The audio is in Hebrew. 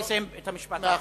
אני אסיים את המשפט האחרון.